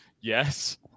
Yes